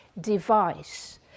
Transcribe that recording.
device